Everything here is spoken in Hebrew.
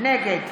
נגד